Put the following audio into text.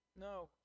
No